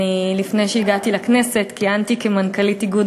לפני שהגעתי לכנסת כיהנתי כמנכ"לית איגוד